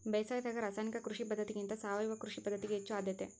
ಬೇಸಾಯದಾಗ ರಾಸಾಯನಿಕ ಕೃಷಿ ಪದ್ಧತಿಗಿಂತ ಸಾವಯವ ಕೃಷಿ ಪದ್ಧತಿಗೆ ಹೆಚ್ಚು ಆದ್ಯತೆ